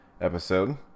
episode